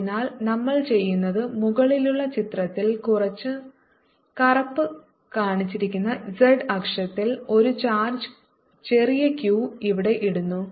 അതിനാൽ നമ്മൾ ചെയ്യുന്നത് മുകളിലുള്ള ചിത്രത്തിൽ കറുപ്പ് കാണിച്ചിരിക്കുന്ന z അക്ഷത്തിൽ ഒരു ചാർജ് ചെറിയ q ഇവിടെ ഇടുന്നു